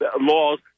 laws